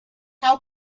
how